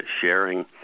sharing